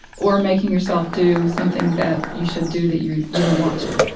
or making yourself do something that you should do that you you don't want to,